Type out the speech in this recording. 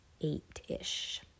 eight-ish